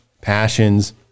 passions